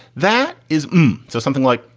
that is. so something like.